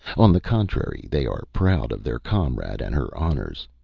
on the contrary, they are proud of their comrade and her honors.